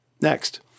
Next